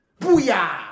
Booyah